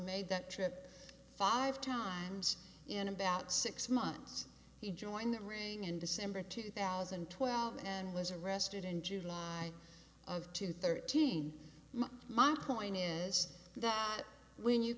made that trip five times in about six months he joined the ring in december two thousand and twelve and was arrested in july of two thirteen my mom point is that when you